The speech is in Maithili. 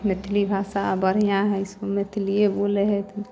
मैथिली भाषा बढ़िआँ हइ सभ मैथिलिए बोलै हइ तऽ